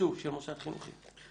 תקצוב של מוסד חינוכי.